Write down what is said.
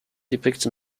depicts